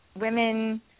women